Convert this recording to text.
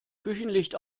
küchenlicht